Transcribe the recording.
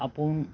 आपण